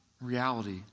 reality